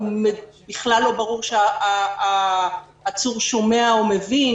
בכלל לא ברור שהעצור שומע או מבין.